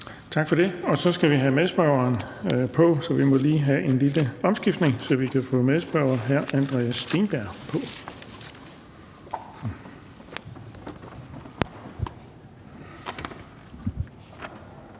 Tak for det. Og så skal vi have medspørgeren på. Så vi må lige have en lille omskiftning, så vi kan få medspørger hr. Andreas Steenberg på.